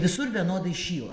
visur vienodai šyla